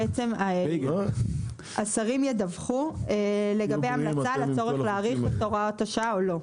בעצם השרים ידווחו לגבי המלצה לצורך להאריך את הוראת השעה או לא.